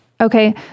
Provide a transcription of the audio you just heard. Okay